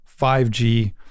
5G